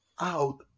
out